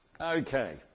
Okay